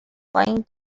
flying